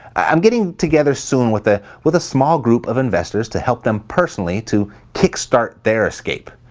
i'm getting together soon with ah with a small group of investors to help them personally to kickstart their escape.